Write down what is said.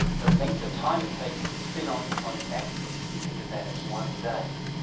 the length of time it takes to spin on on its axis, we think of that as one day.